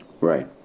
right